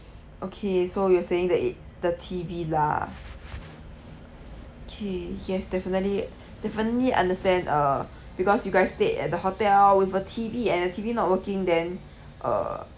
okay so you are saying that it~ the T_V lah K yes definitely definitely understand uh because you guys stayed at the hotel with a T_V and the T_V not working then uh